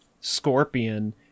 scorpion